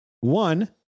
one